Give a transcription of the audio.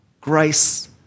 grace